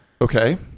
Okay